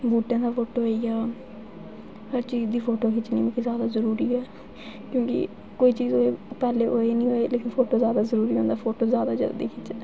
बूह्टें दा फोटो होईआ हर चीज दी फोटो खि च्चनी जैदा जरूरी ऐ कोई चीज होए नी होए लेकिन फोटो जरूरी खिच्चना